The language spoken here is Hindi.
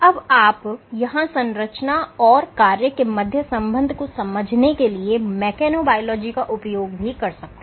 अब आप यहां संरचना और कार्य के मध्य संबंध को समझने के लिए मेकेनोबायोलॉजी का उपयोग भी कर सकते हैं